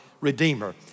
Redeemer